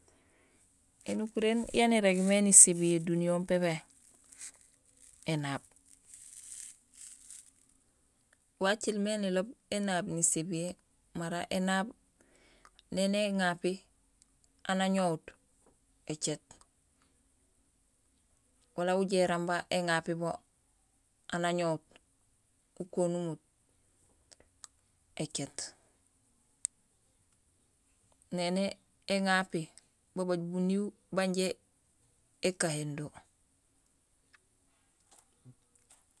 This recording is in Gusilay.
Ēnukuréén yaan irégmé sisébiyé duniya hoom pépé; énaab. Wacilmé niloob énaab nisébiyé mara énaab néni éñapi aan añoot, éjéét wala éjoow éramba éŋapi bo ukenumut éjéét. Néni éŋapi babay buniiw banjé ékahéén do